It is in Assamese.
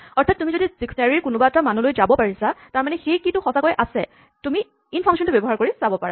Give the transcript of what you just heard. অৰ্থাৎ তুমি যদি ডিস্কনেৰীঅভিধান ৰ কোনোবা এটা মানলৈ যাব পাৰিছা তাৰমানে সেই কীচাবিটো সচাঁকৈয়ে আছে তুমি ইন ফাংচনটো ব্যৱহাৰ কৰি চাব পাৰা